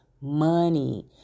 money